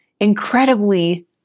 incredibly